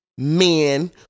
Men